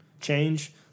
change